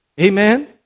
Amen